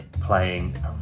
playing